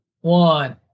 one